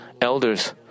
elders